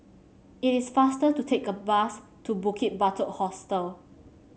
it is faster to take a bus to Bukit Batok Hostel